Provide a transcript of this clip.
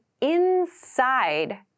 inside